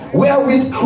wherewith